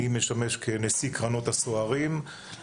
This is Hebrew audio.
אני משמש כנשיא קרנות הסוהרים,